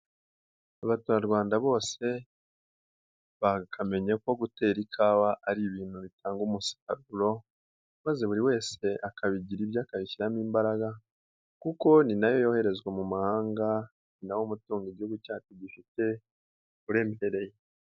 Abaturarwanda bose bakamenye ko gutera ikawa ari ibintu bitanga umusaruro maze buri wese akabigira ibye akayishyiramo imbaraga kuko ni na yo yoherezwa mu mahanga ni na wo mutungo Igihugu cyacu gifite uremereye.